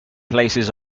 places